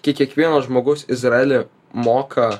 kiek kiekvienas žmogus izraely moka